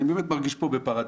אני באמת מרגיש פה בפרדוכס.